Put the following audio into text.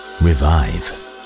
revive